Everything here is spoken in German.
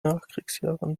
nachkriegsjahren